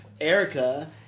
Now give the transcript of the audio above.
Erica